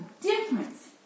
difference